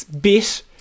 bit